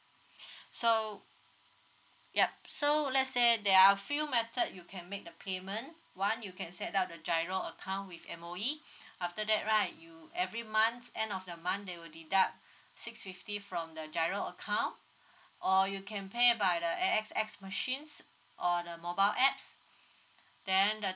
so yup so let say there are a few method you can make the payment one you can set up the giro account with M_O_E after that right you every month end of the month they will deduct six fifty from the giro account or you can pay by the A_X_S machines or the mobile apps then the